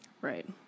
Right